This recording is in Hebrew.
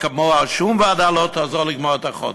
כמוה שום ועדה לא תעזור לגמור את החודש.